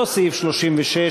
אותו סעיף 36,